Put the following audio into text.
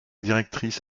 directrice